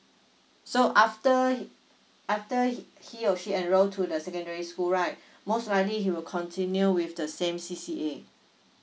so after he after he or she enroll to the secondary school right most Iikely he will continue with the same C_C_A